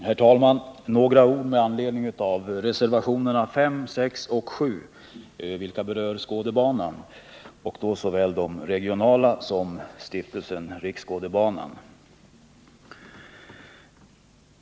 Herr talman! Först några ord med anledning av reservationerna 5, 6 och 7, vilka bl.a. berör Skådebaneverksamheten, dels i vad avser de regionala skådebanorna, dels i vad avser Stiftelsen Riksskådebanan.